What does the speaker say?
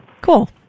Cool